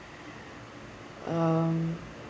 um